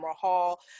Hall